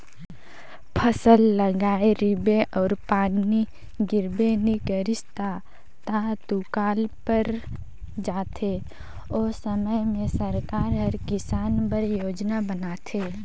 फसल लगाए रिबे अउ पानी गिरबे नी करिस ता त दुकाल पर जाथे ओ समे में सरकार हर किसान बर योजना बनाथे